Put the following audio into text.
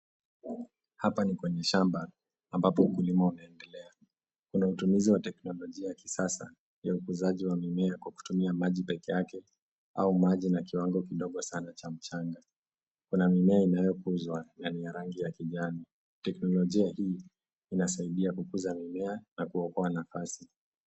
Hapa ni kwenye shamba ambapo ukulima unaendelea. Kuna utumizi wa teknolojia ya kisasa ya ukuzaji wa mimea kwa kutumia maji pekeake au maji na kiwango kidogo sana cha mchanga. Kuna mimea inayokuzwa na ni ya rangi ya kijani. Teknolojia hii inasaidia kukuza mimea na kuokoa nafasi.